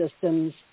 systems